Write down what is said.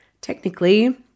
Technically